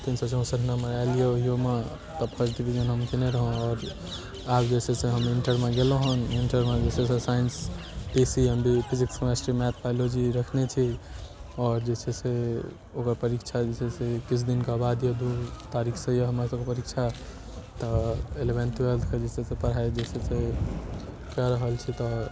तीन सए चौंसठि नम्बर ऐल यऽ ओहियोमे तब फर्स्ट डिवीजन हम कयने रहौ आओर आब जे छै से हम इंटरमे गेलहुँ हँ इंटरमे जे छै से science P C M B physics chemistry math biology रखने छी आओर जे छै से ओकर परीक्षा जे छै से किछु दिनका बाद जे दू तारीखसँ यऽ हमर सबके परीक्षा तऽ इलेवेन्थ ट्वेलेथके जे छै से पढ़ाइ बेसी छै से कए रहल छी तऽ